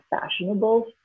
fashionable